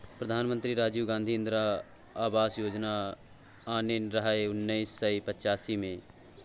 प्रधानमंत्री राजीव गांधी इंदिरा आबास योजना आनने रहय उन्नैस सय पचासी मे